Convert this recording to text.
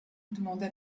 demanda